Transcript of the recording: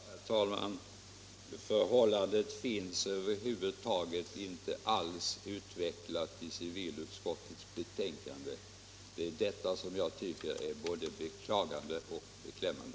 Herr talman! Något resonemang om förhållandena finns över huvud taget inte utvecklat i civilutskottets betänkande. Det är detta jag tycker är både beklagligt och beklämmande.